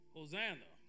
Hosanna